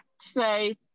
say